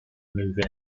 move